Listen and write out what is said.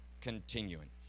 continuing